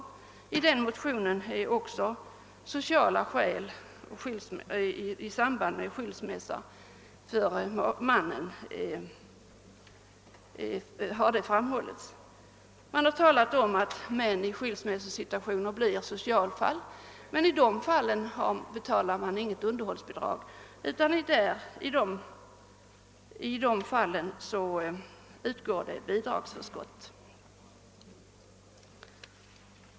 1 den nämnda motionen har man också pekat på sociala omständigheter som kan föreligga för mannen vid skilsmässa. Man nämner att män i skilsmässosituationer ofta blir socialfall. I dessa fall betalar mannen emellertid inga underhållsbidrag utan därvid utgår bidragsförskott.